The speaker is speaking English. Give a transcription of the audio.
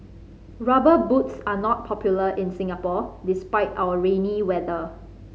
Rubber Boots are not popular in Singapore despite our rainy weather